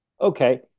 Okay